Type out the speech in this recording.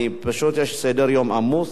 פשוט יש סדר-יום עמוס.